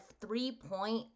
three-point